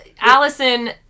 Allison